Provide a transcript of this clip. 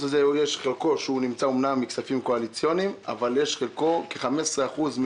חלקו של הכסף הזה הוא מכספים קואליציוניים אבל כ-15% מהכסף